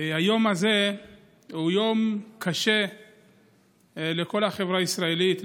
היום הזה הוא יום קשה לכל החברה הישראלית,